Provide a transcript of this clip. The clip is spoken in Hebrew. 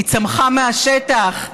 היא צמחה מהשטח,